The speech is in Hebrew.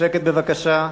שקט בבקשה.